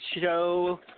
show